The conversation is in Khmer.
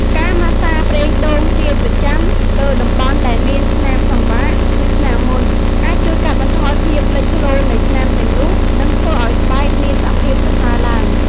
ការម៉ាស្សាប្រេងដូងជាប្រចាំលើតំបន់ដែលមានស្នាមសង្វារ ឬស្នាមមុន អាចជួយកាត់បន្ថយភាពលេចធ្លោនៃស្នាមទាំងនោះ នឹងធ្វើឲ្យស្បែកមានសភាពប្រសើរឡើង។